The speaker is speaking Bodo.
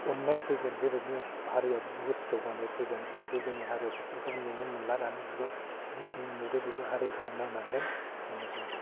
अन्नाय फैगोन बेबायदिनो हारियाव बहुत जौगानाय फैगोन जाहाते जोंनि हारियाव बेफोरखौ नुनो मोनला दानि जुगाव जेखिनि नुदों बेबो हारिनि थाखाय मावनांगोन बेनोसै